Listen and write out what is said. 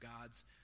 God's